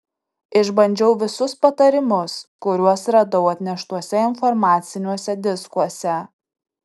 išbandžiau visus patarimus kuriuos radau atneštuose informaciniuose diskuose